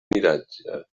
miratge